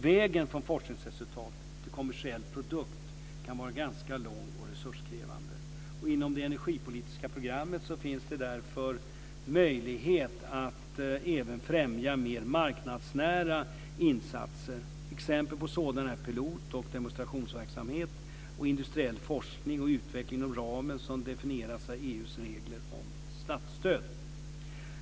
Vägen från forskningsresultat till kommersiell produkt kan vara ganska lång och resurskrävande. Inom det energipolitiska programmet finns det därför möjligheter att även främja mer marknadsnära insatser. Exempel på sådana är pilot och demonstrationsverksamhet och industriell forskning och utveckling inom ramar som definieras av EU:s regler om statsstöd.